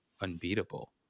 unbeatable